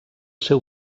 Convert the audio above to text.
seu